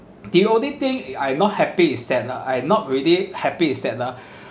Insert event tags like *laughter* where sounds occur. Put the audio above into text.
the only thing I not happy is that lah I not really happy is that lah *breath*